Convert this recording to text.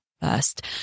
first